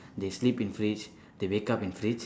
they sleep in fridge they wake up in fridge